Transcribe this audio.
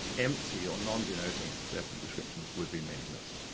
empty, or non-denoting definition descriptions, would be meaningless.